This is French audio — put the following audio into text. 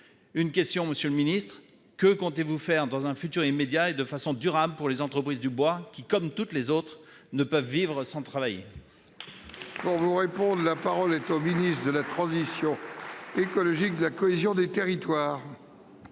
législateur. Monsieur le ministre, que comptez-vous faire dans un futur immédiat et de façon durable pour les entreprises du bois qui, comme toutes les autres, ne peuvent vivre sans travailler ? La parole est à M. le ministre de la transition écologique et de la cohésion des territoires.